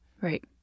Right